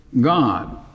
God